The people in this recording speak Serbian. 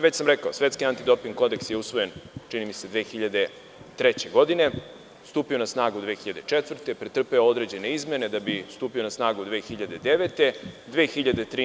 Već sam rekao, Svetski antidoping kodeks je usvojen, čini mi se, 2003. godine, stupio na snagu 2004. godine, pretrpeo određene izmene, da bi stupio na snagu 2009. godine.